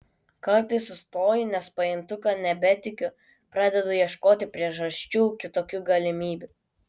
kartais sustoju nes pajuntu kad nebetikiu pradedu ieškoti priežasčių kitokių galimybių